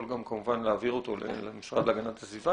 הוא יכול כמובן להעביר אותו למשרד להגנת הסביבה